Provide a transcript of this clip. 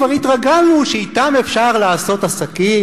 כבר התרגלנו שאתם אפשר לעשות עסקים,